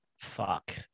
fuck